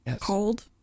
cold